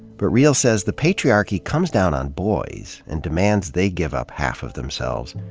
but real says the patriarchy comes down on boys, and demands they give up half of themselves,